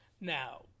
Now